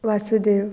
Vasudev